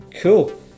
cool